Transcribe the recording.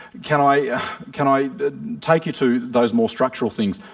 can i can i take you to those more structural things.